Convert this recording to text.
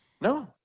No